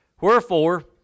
Wherefore